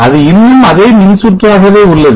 அது இன்னும் அதே மின்சுற்றாகவே உள்ளது